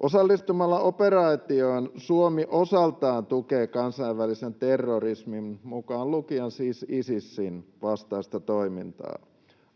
Osallistumalla operaatioon Suomi osaltaan tukee kansainvälisen terrorismin, mukaan lukien siis Isisin, vastaista toimintaa.